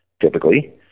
typically